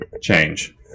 change